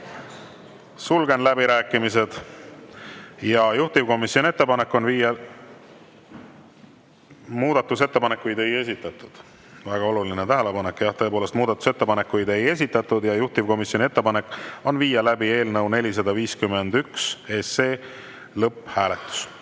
Sulgen läbirääkimised. Juhtivkomisjon ettepanek on viia … Muudatusettepanekuid ei esitatud. Väga oluline tähelepanek! Jah tõepoolest, muudatusettepanekuid ei esitatud ja juhtivkomisjoni ettepanek on viia läbi eelnõu 451 lõpphääletus.